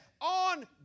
on